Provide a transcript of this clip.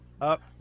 up